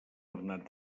bernat